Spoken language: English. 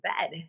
bed